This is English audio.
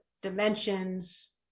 dimensions